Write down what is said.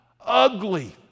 ugly